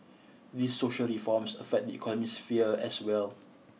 these social reforms affect the economic sphere as well